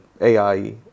AI